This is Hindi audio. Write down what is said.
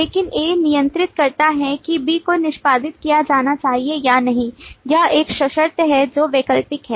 लेकिन A नियंत्रित करता है कि B को निष्पादित किया जाना चाहिए या नहीं यह एक सशर्त है जो वैकल्पिक है